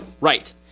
Right